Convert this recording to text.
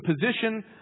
position